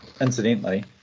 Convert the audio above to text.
Incidentally